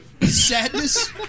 Sadness